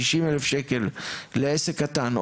60,000 שקל לעסק קטן,